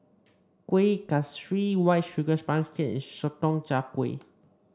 Kuih Kaswi White Sugar Sponge Cake Sotong Char Kway